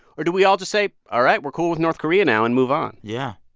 or do we all just say, all right, we're cool with north korea now and move on? yeah.